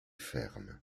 fermes